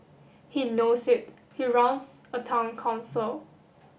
he knows it he runs a Town Council